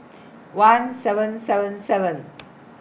one seven seven seven